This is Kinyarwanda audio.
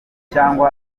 cyangwa